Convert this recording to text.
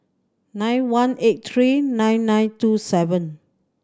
nine one eight three nine nine two seven